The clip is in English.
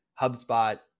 HubSpot